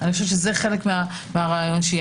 הטיפול.